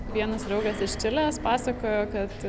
vienas draugas iš čilės pasakojo kad